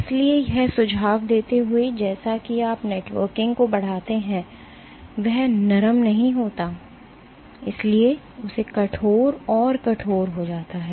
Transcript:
इसलिए यह सुझाव देते हुए कि जैसा कि आप नेटवर्किंग को बढ़ाते हैं वह नरम नहीं होता है इसलिए उसे कठोर और कठोर हो जाता है